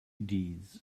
deeds